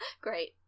Great